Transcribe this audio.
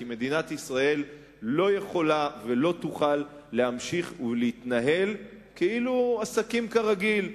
כי מדינת ישראל לא יכולה ולא תוכל להמשיך ולהתנהל כאילו עסקים כרגיל,